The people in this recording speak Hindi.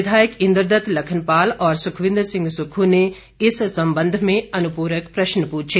विधायक इंद्रदत्त लखनपाल और सुखविंद्र सिंह सुक्खू ने इस संबंध में अनुपूरक प्रश्न पूछे